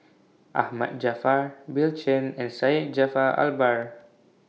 Ahmad Jaafar Bill Chen and Syed Jaafar Albar